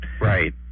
Right